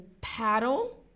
paddle